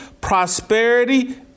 prosperity